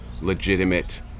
legitimate